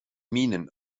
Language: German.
minen